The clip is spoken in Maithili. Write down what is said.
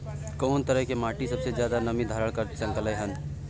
कोन तरह के माटी सबसे ज्यादा नमी धारण कर सकलय हन?